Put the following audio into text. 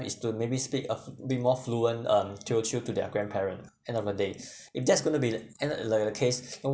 is to maybe speak a f~ bit more fluent um teochew to their grandparent end of the day if that's going to be end of the case